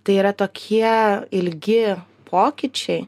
tai yra tokie ilgi pokyčiai